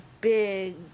big